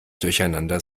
durcheinander